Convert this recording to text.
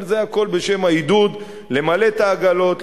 אבל זה הכול בשם העידוד למלא את העגלות,